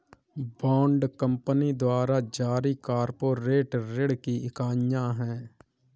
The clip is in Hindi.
बॉन्ड कंपनी द्वारा जारी कॉर्पोरेट ऋण की इकाइयां हैं